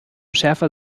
schärfer